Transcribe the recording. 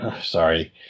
Sorry